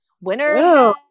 Winner